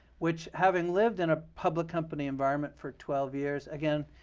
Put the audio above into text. which having lived in a public company environment for twelve years, again,